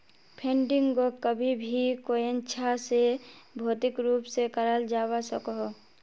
फंडिंगोक कभी भी कोयेंछा से भौतिक रूप से कराल जावा सकोह